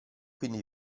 quindi